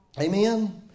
Amen